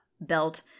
belt